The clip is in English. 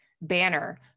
banner